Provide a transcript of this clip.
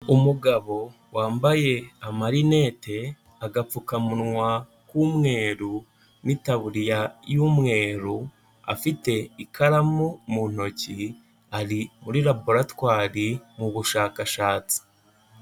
Umugabo wambaye amarinete, agapfukamunwa k'umweru n'itaburiya y'umweru, afite ikaramu mu ntoki, ari muri laboratwari mu bushakashatsi.